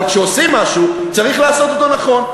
אבל כשעושים משהו, צריך לעשות אותו נכון.